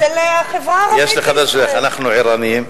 יש לי חדשות בשבילך, אנחנו ערניים.